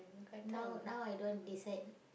now now I don't want decide